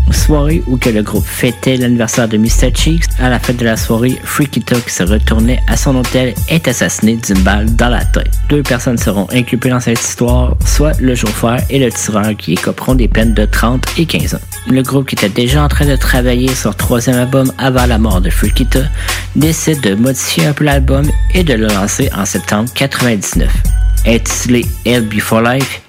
Soirée où que le groupe fêtait l'anniversaire de Mr. Cheeks, à la fête de la soirée, Freaky Tuck se retournait à son hôtel et est assassiné d'une balle dans la tête. Deux personnes seront inculpées dans cette histoire, soit le chauffeur et le tireur qui écoperont des peines de 30 et 15 ans. Le groupe qui était déjà en train de travailler sur leur troisième album avant la mort de Freaky Tuck décide de modifier un peu l'album et de le lancer en septembre 99. Intitulé Hell Before Life,